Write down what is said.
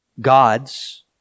God's